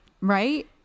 Right